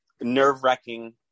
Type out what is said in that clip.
nerve-wracking